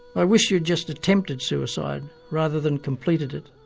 i wish you'd just attempted suicide rather than completed it.